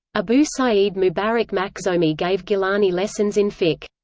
abu saeed mubarak makhzoomi gave gilani lessons in fiqh.